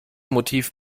motiv